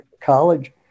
college